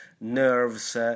nerves